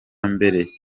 mbere